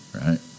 right